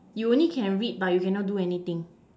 you only can read but you cannot do anything